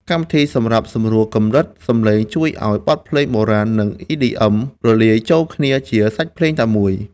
កម្មវិធីសម្រាប់សម្រួលកម្រិតសំឡេង ជួយឱ្យបទភ្លេងបុរាណ និង EDM រលាយចូលគ្នាជាសាច់ភ្លេងតែមួយ។